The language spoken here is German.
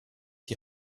die